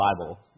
Bible